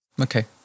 Okay